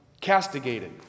castigated